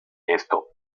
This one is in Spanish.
esto